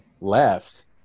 left